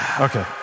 Okay